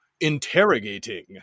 interrogating